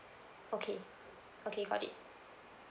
okay okay got it